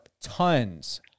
tons